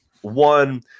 one